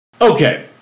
Okay